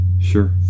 Sure